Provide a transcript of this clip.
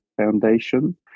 foundation